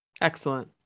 Excellent